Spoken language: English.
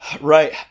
right